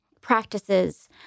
practices